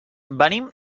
venim